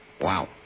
wow